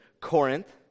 Corinth